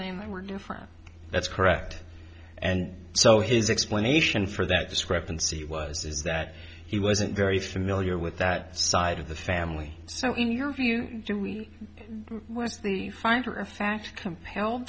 name were different that's correct and so his explanation for that discrepancy was is that he wasn't very familiar with that side of the family so in your view was the finder of fact compelled